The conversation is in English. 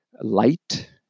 light